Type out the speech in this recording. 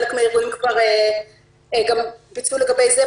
חלק מן הארגונים כבר הגישו פניות גם לגבי זה.